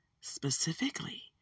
specifically